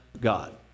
God